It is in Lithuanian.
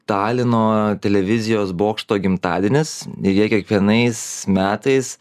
talino televizijos bokšto gimtadienis ne jie kiekvienais metais